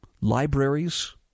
libraries